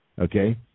okay